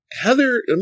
Heather